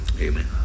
Amen